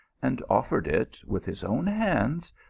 and offered it, with his own hands,